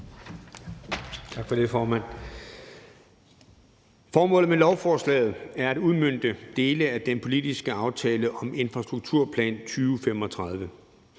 Formålet med lovforslaget er at udmønte dele af den politiske aftale om infrastrukturplan 2035,